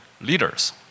leaders